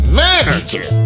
manager